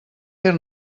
fer